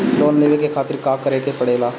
Loan लेवे के खातिर का करे के पड़ेला?